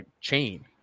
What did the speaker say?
chain